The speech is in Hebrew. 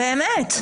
זה, באמת.